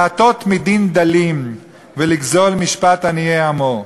להטות מדין דלים ולגזֹל משפט עניי עמי,